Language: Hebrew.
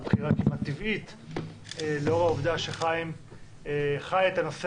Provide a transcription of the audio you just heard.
זו בחירה כמעט טבעית לאור העובדה שחיים חי את הנושא